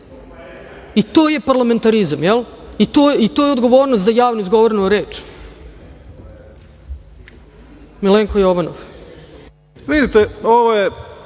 I to je parlamentarizam. Je li? I to je odgovornost za javno izgovorenu reč? Reč ima Milenko Jovanov.